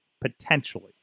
potentially